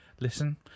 listen